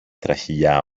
τραχηλιά